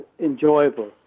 enjoyable